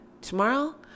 Tomorrow